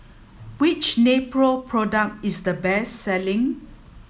which Nepro product is the best selling